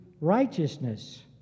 righteousness